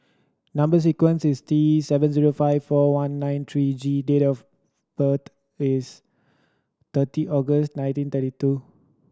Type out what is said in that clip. number sequence is T seven zero five four one nine three G date of birth is thirty August nineteen thirty two